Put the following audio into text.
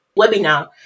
webinar